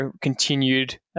continued